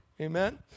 Amen